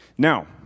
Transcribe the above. Now